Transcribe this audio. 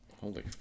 holy